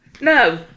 No